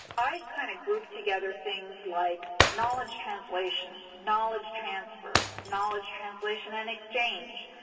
i kind of group together things like knowledge translation, knowledge transfer, knowledge translation and exchange,